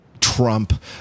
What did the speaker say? trump